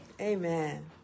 Amen